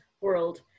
world